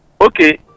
Okay